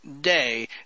day